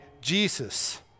Jesus